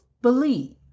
believe